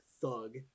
Thug